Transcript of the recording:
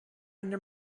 under